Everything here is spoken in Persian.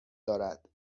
دارد